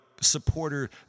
supporter